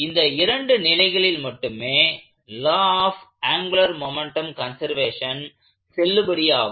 இந்த இரண்டு நிலைகளில் மட்டுமே law of angular momentum conservation செல்லுபடி ஆகும்